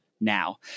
now